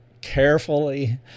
carefully